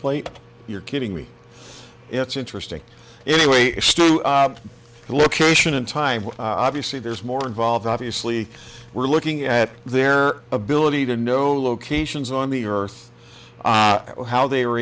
plate you're kidding me it's interesting the way it's location in time obviously there's more involved obviously we're looking at their ability to know locations on the earth how they were